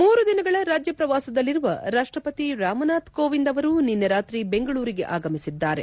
ಮೂರು ದಿನಗಳ ರಾಜ್ಯ ಪ್ರವಾಸದಲ್ಲಿರುವ ರಾಷ್ಷಪತಿ ರಾಮನಾಥ್ ಕೋವಿಂದ್ ಅವರು ನಿನ್ನೆ ರಾತ್ರಿ ಬೆಂಗಳೂರಿಗೆ ಆಗಮಿಸಿದ್ದಾರೆ